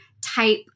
type